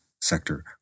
sector